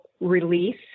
release